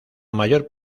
mayor